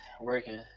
working